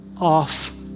off